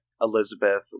Elizabeth